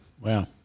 Wow